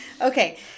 Okay